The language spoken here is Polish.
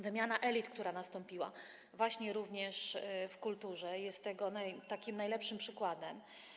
Wymiana elit, która nastąpiła, również właśnie w kulturze, jest tego takim najlepszym przykładem.